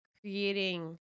creating